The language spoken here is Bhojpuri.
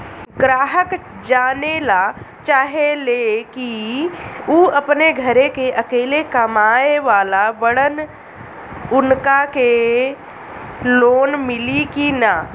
ग्राहक जानेला चाहे ले की ऊ अपने घरे के अकेले कमाये वाला बड़न उनका के लोन मिली कि न?